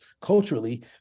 culturally